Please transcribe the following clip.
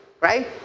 right